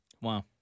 Wow